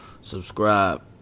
subscribe